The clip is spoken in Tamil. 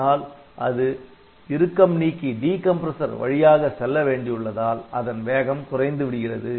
ஆனால் அது இறுக்கம் நீக்கி வழியாக செல்ல வேண்டியுள்ளதால் அதன் வேகம் குறைந்து விடுகிறது